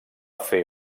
fer